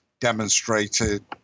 demonstrated